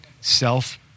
Self